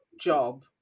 job